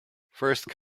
first